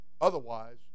otherwise